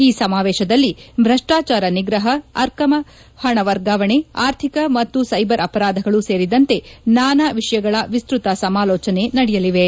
ಈ ಸಮಾವೇಶದಲ್ಲಿ ಭ್ರಷ್ಟಾಚಾರ ನಿಗ್ರಹ ಅಕ್ರಮ ಪಣ ವರ್ಗಾವಣೆ ಆರ್ಥಿಕ ಮತ್ತು ಸೈಬರ್ ಅಪರಾಧಗಳು ಸೇರಿದಂತೆ ನಾನಾ ವಿಷಯಗಳ ವಿಸ್ತ್ರತ ಸಮಾಲೋಚನೆ ನಡೆಯಲಿವೆ